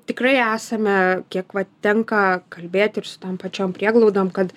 tikrai esame kiek va tenka kalbėti ir su tom pačiom prieglaudom kad